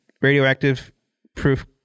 radioactive-proof